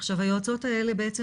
עכשיו היועצות האלה בעצם,